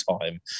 time